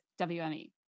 WME